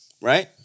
Right